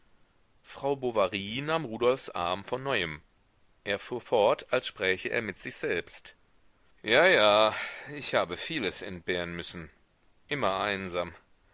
frau bovary nahm rudolfs arm von neuem er fuhr fort als spräche er mit sich selbst ja ja ich habe vieles entbehren müssen immer einsam